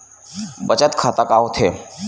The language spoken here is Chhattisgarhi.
बचत खाता का होथे?